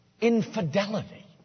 infidelity